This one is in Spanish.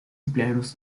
empleados